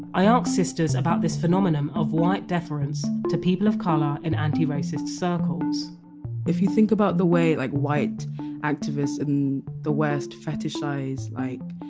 i asked sisters about this phenomenon of white deference to people of colour in anti-racist circles if you think about the way like white activists in the west fetishised like,